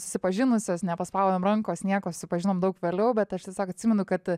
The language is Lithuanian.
susipažinusios nepaspaudėm rankos nieko susipažinom daug vėliau bet aš tiesiog atsimenu kad